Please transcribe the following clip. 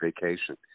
vacation